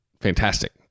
fantastic